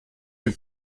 your